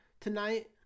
Tonight